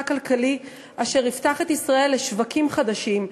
כלכלי אשר יפתח את ישראל לשווקים חדשים,